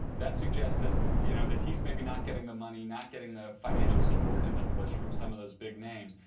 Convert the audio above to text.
that suggests that you know that he's maybe not getting the money, not getting the financial support and push from some of those big names.